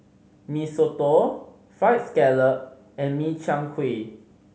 Mee Soto Fried Scallop and Min Chiang Kueh